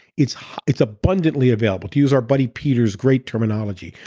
it's it's abundantly available. to use our buddy peter's great terminology,